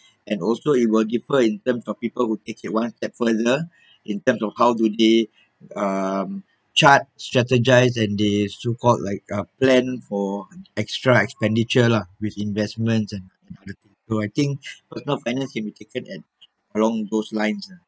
and also it will differ in terms of people who take it one step further in terms of how do they um chart strategise and they so called like a plan for extra expenditure lah with investments and so I think but personal finance can be taken along those lines lah